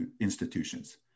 institutions